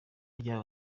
ry’aba